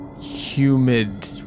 humid